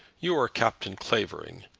you are captain clavering.